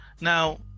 now